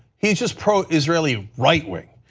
he is just pro-israeli right-wing.